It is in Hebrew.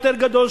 יותר גדול,